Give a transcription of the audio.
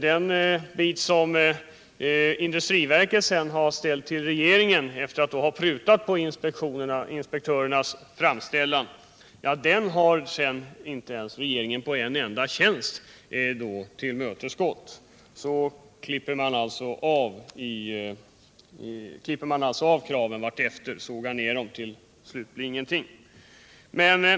Den del av dessa som industriverket efter prutning har fört vidare till regeringen har denna sedan inte tillmötesgått vad gäller en enda tjänst. De ursprungliga kraven skärs alltså ned, så att det till slut inte återstår någonting.